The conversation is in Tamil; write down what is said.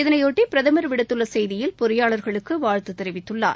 இதனையொட்டி பிரதம் விடுத்துள்ள செய்தியில் பொறியாளர்களுக்கு வாழ்த்து தெரிவித்துள்ளார்